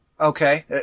Okay